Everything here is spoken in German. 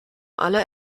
alle